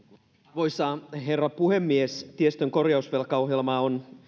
arvoisa herra puhemies tiestön korjausvelkaohjelmaa on